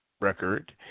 record